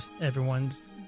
everyone's